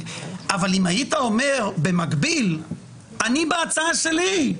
אבל אם היית אומר במקביל שאתה בהצעה שלך,